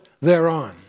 thereon